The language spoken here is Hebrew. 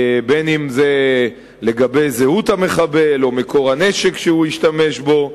בין אם זה לגבי זהות המחבל או מקור הנשק שהוא השתמש בו,